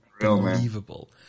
unbelievable